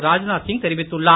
ராஜ்நாத் சிங் தெரிவித்துள்ளார்